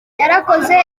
yarakoze